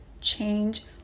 change